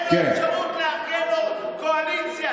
אין לו אפשרות לארגן לו קואליציה,